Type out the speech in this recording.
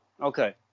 Okay